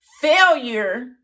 failure